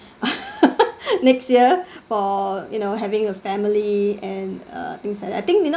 next year for you know having a family and uh things like that I think you know